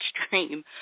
extreme